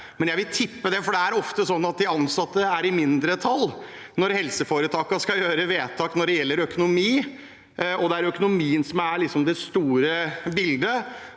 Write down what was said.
men jeg vil tippe det, for det er ofte sånn at de ansatte er i mindretall når helseforetakene skal gjøre vedtak når det gjelder økonomi, når det er økonomien som er det store bildet,